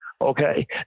Okay